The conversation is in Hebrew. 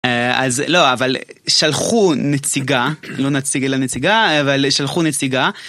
אז לא, אבל שלחו נציגה, לא נציג אלא נציגה, אבל שלחו נציגה.